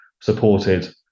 supported